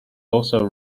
also